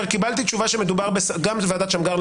גם ועדת שמגר,